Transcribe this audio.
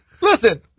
Listen